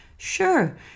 Sure